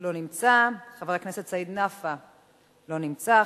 לא נמצא, חבר הכנסת סעיד נפאע לא נמצא.